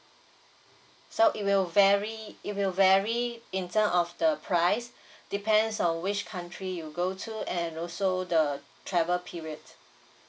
so it will vary it will vary in terms of the price depends on which country you go to and also the travel period